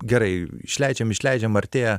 gerai išleidžiam išleidžiam artėja